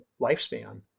lifespan